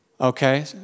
Okay